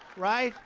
right?